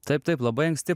taip taip labai anksti